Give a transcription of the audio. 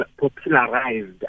popularized